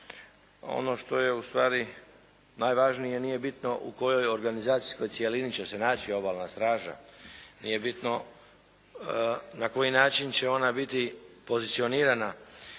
Ono što je ustvari najvažnije nije bitno u kojoj organizacijskoj cjelini će se naći Obalna straža, nije bitno na koji način će ona biti pozicionirana.